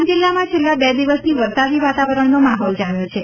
ડાંગ જિલ્લામાં છેલ્લા બે દિવસથી વરસાદી વાતાવરજ઼નો માહોલ જામ્યો છે